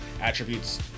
attributes